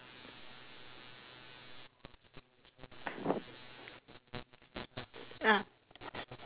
ah